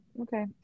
okay